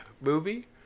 movie